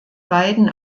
beiden